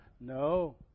no